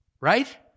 right